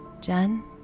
Jen